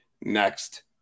next